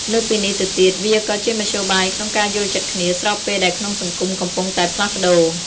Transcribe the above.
លើសពីនេះទៅទៀត វាក៏ជាមធ្យោបាយក្នុងការយល់ចិត្តគ្នាស្របពេលដែលក្នុងសង្គមកំពុងតែផ្លាស់ប្តូរ។